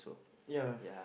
ya